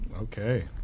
Okay